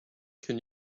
can